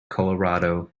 colorado